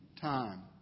time